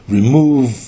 Remove